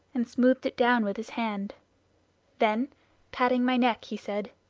and smoothed it down with his hand then patting my neck, he said,